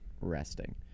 resting